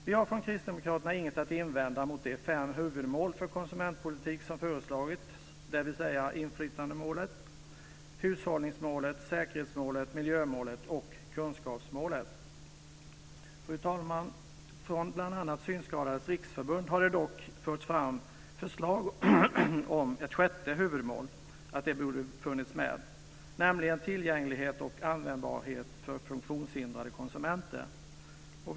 Vi har från Kristdemokraterna inget att invända mot de fem huvudmål för konsumentpolitik som föreslagits, dvs. inflytandemålet, hushållningsmålet, säkerhetsmålet, miljömålet och kunskapsmålet. Fru talman! Från bl.a. Synskadades Riksförbund har det dock förts fram förslag om att ett sjätte huvudmål borde ha funnits med, nämligen tillgänglighet och användbarhet för funktionshindrade konsumenter.